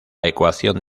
ecuación